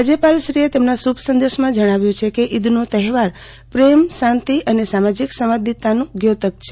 રાજયપાલશ્રીએ તેમના શુભ સંદેશમાં જણાવ્યું છે કે ઇદનો તહેવાર પ્રેમ શાંતિ અને સામાજિક સંવાદિતાનું ઘોતક છે